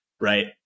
right